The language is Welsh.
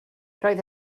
roedd